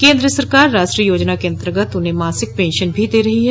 केन्द्र सरकार राष्ट्रीय योजना के अंतर्गत उन्हें मासिक पेंशन भी दे रही है